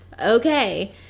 Okay